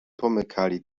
pomykali